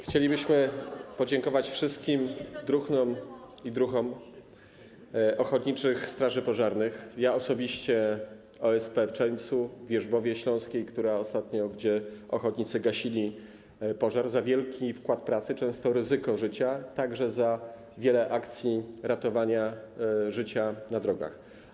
Chcielibyśmy podziękować wszystkim druhnom i druhom ochotniczych straży pożarnych, ja osobiście OSP w Czerńcu, w Wierzbowie śląskiej, w której ostatnio ochotnicy gasili pożar, za wielki wkład pracy, często ryzykowanie życiem, a także za wiele akcji ratowania życia na drogach.